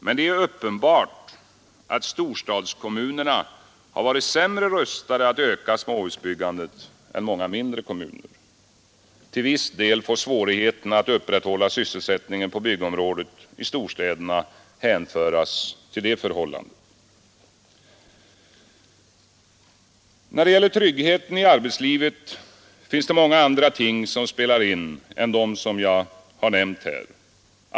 Men det är uppenbart att storstadskommunerna har varit sämre rustade att öka småhusbyggandet än många mindre kommuner. Till viss del får svårigheterna att upprätthålla sysselsättningen på byggområdet i storstäderna hänföras till det förhållandet. När det gäller tryggheten i arbetslivet finns det många andra ting som spelar in än de som jag har nämnt här.